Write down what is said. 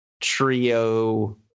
trio